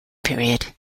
period